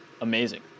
amazing